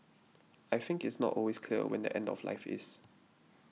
I think it's not always clear when the end of life is